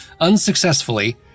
unsuccessfully